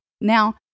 Now